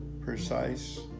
precise